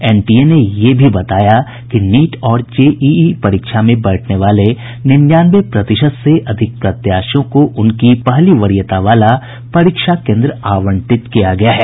NTA ने ये भी बताया कि नीट और जेईई परीक्षा में बैठने वाले निन्यानवे प्रतिशत से अधिक प्रत्याशियों को उनकी पहली वरीयता वाला परीक्षा केन्द्र आवंटित किया गया है